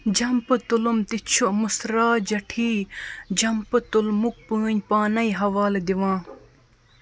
جمپہٕ تُلٕم تہِ چھُ مُسرا جَٹھی جمپہٕ تُلمُک پٲنۍ پانَے حوالہٕ دِوان